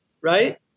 right